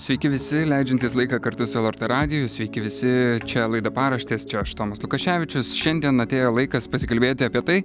sveiki visi leidžiantys laiką kartu su lrt radiju sveiki visi čia laida paraštės čia aš tomas lukaševičius šiandien atėjo laikas pasikalbėti apie tai